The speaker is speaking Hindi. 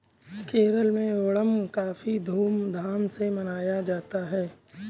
केरल में ओणम काफी धूम धाम से मनाया जाता है